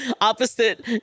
opposite